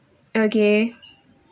okay